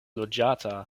loĝata